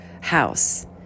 house